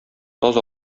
таз